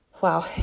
Wow